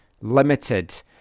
limited